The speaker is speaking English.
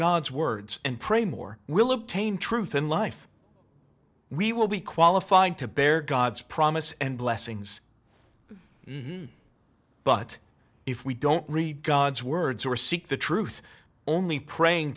god's words and pray more will obtain truth and life we will be qualified to bear god's promise and blessings but if we don't read god's words or seek the truth only praying